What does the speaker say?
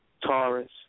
Taurus